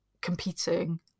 competing